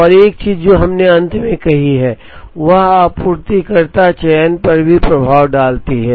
और एक चीज जो हमने अंत में कही है वह आपूर्तिकर्ता चयन पर भी प्रभाव डालती है